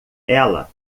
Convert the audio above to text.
ela